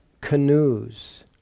canoes